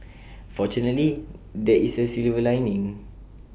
fortunately there is A silver lining